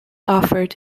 offered